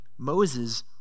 Moses